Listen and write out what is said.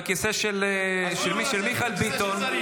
-- בכיסא של מיכאל ביטון.